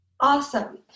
Awesome